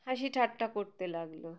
হাসি ঠাট্টা করতে লাগল